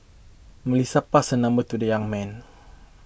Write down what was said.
Melissa passed her number to the young man